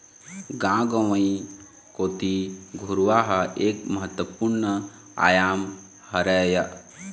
गाँव गंवई कोती घुरूवा ह एक महत्वपूर्न आयाम हरय